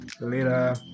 Later